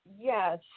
Yes